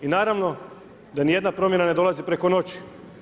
I naravno, da ni jedna promjena ne dolazi preko noći.